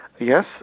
yes